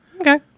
Okay